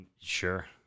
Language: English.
Sure